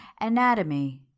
Anatomy